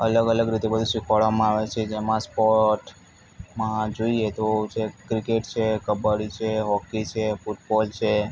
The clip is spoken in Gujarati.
અલગ અલગ રીતે બધું શીખવાડવામાં આવે છે જેમાં સ્પોર્ટમાં જોઈએ તો છે ક્રિકેટ છે કબડ્ડી છે હોકી છે ફૂટબોલ છે